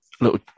little